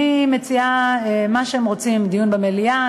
אני מציעה מה שהם רוצים: דיון במליאה,